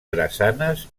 drassanes